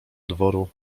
dworku